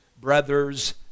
brother's